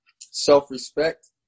self-respect